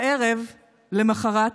בערב למוחרת